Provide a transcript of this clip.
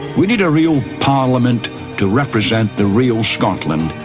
we need a real parliament to represent the real scotland.